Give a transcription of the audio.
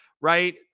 right